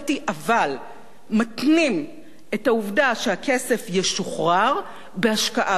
אבל מתנים שהכסף ישוחרר בהשקעה בארץ,